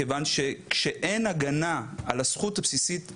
כיוון שאין הגנה על הזכות הבסיסית לבריאות,